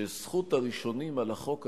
שזכות הראשונים על החוק הזה,